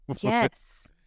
Yes